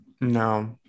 No